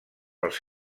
pels